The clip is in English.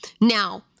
Now